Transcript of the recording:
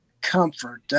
comfort